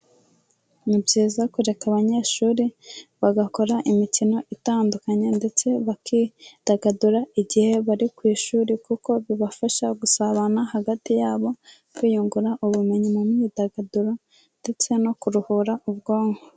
Ni byiza kureka abanyeshuri bagakora imikino itandukanye ndetse bakidagadura igihe bari ku ishuri kuko bibafasha gusabana hagati yabo, kwiyungura ubumenyi mu myidagaduro, ndetse no kuruhura ubwonko.